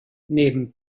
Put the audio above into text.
neben